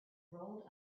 rolled